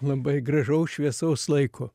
labai gražaus šviesaus laiko